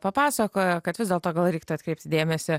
papasakojo kad vis dėlto gal reiktų atkreipti dėmesį